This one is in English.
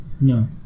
No